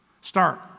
start